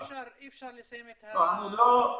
אי אפשר לסיים את הדיון --- לא,